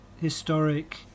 historic